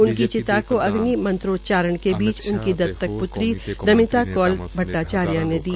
उनकी चिंता को अग्नि मंत्रोचारण के बीच उनकी प्त्री नमिता कौल भद्दाचार्य ने दी